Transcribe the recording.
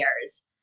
years